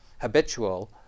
habitual